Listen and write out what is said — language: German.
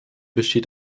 besteht